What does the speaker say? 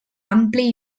ampli